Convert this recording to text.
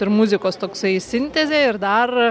ir muzikos toksai sintezė ir dar